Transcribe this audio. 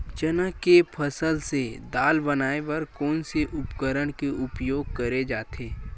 चना के फसल से दाल बनाये बर कोन से उपकरण के उपयोग करे जाथे?